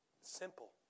Simple